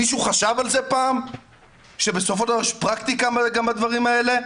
מישהו חשב על זה פעם שבסופו של דבר יש פרקטיקה בדברים האלה,